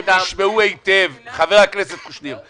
הם נשמעו היטב, חבר הכנסת קושניר.